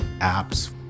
apps